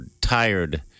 tired